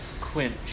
quench